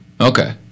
Okay